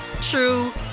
true